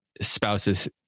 spouses